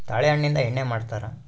ತಾಳೆ ಹಣ್ಣಿಂದ ಎಣ್ಣೆ ಮಾಡ್ತರಾ